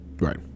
Right